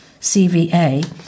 CVA